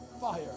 Fire